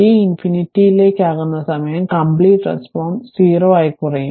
t ∞ ലേക്ക് ആകുന്ന സമയം കമ്പ്ലീറ്റ് റെസ്പോൺസ് 0 ആയി കുറയും